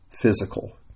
physical